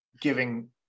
giving